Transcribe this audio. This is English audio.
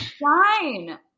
Fine